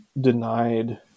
denied